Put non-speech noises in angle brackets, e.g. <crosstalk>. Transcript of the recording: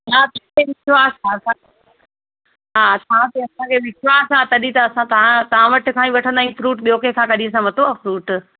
<unintelligible> हा तव्हांखे असां ॾिठो आहे असां तॾहिं त असां ता ता वटि खां ई वठंदा आयूं फ्रूट ॿियों कंहिंखां कॾहिं असां वरितो आ्हे फ्रूट